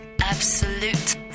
Absolute